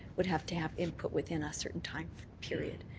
would have to have input within a certain time period.